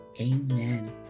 Amen